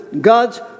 God's